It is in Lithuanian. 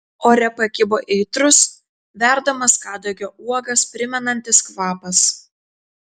ore pakibo aitrus verdamas kadagio uogas primenantis kvapas